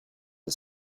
and